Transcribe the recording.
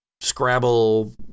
scrabble